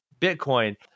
Bitcoin